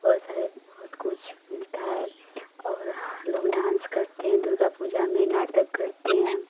बहुत सारे बहुत कुछ मिलता है और हमलोग डान्स करते हैं दुर्गा पूजा में नाटक करते हैं